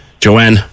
Joanne